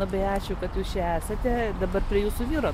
labai ačiū kad jūs čia esate dabar prie jūsų vyro